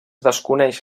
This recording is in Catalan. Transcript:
desconeix